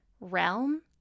realm